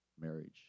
marriage